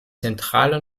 zentrale